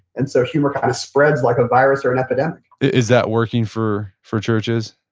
and so humor kind of spreads like a virus or an epidemic is that working for for churches?